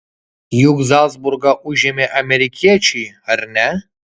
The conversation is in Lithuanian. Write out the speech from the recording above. juk zalcburgą užėmė amerikiečiai ar ne